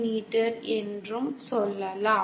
me என்று சொல்லலாம்